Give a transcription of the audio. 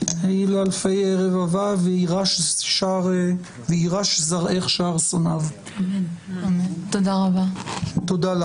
"היי לאלפי רבבה ויירש זרעך שער שונאיו" תודה לך.